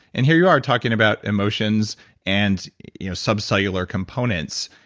and here you are, talking about emotions and you know subcellular components.